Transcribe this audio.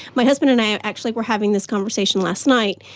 my husband and i actually were having this conversation last night.